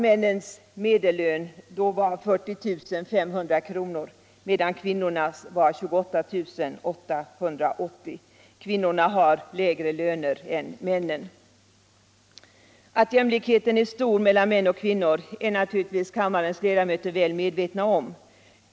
Männens medellön var då 40 500 kr. medan kvinnornas var 28 880 kr. Kvinnorna har lägre löner än männen. Att ojämlikheten är stor mellan män och kvinnor är naturligtvis kammarens ledamöter väl medvetna om.